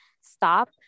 stop